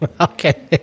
Okay